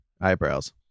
eyebrows